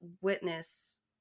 witness